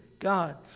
God